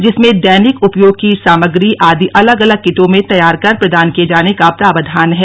जिसमें दैनिक उपयोग की सामग्री आदि अलग अलग किटों में तैयार कर प्रदान किये जाने का प्रावधान है